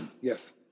Yes